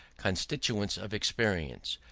constituents of experience,